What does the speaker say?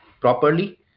properly